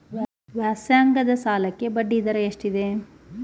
ವ್ಯಾಸಂಗದ ಸಾಲಕ್ಕೆ ಬಡ್ಡಿ ದರ ಎಷ್ಟಿದೆ?